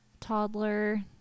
toddler